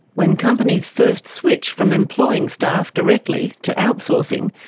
when companies first switch from employing staff directly to outsourcing,